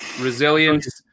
Resilience